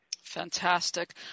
Fantastic